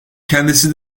kendisi